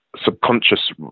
subconscious